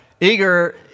eager